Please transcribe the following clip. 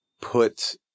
put